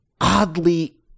oddly